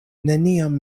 neniam